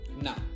Now